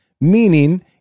meaning